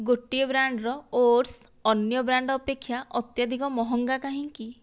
ଗୋଟିଏ ବ୍ରାଣ୍ଡ୍ର ଓଟ୍ସ୍ ଅନ୍ୟ ବ୍ରାଣ୍ଡ୍ ଅପେକ୍ଷା ଅତ୍ୟଧିକ ମହଙ୍ଗା କାହିଁକି